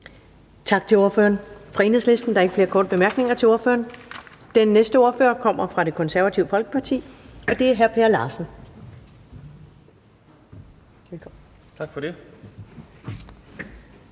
Tak til ordføreren fra Enhedslisten. Der er ikke flere korte bemærkninger til ordføreren. Den næste ordfører kommer fra Det Konservative Folkeparti, og det er hr. Per Larsen. Velkommen.